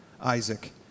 Isaac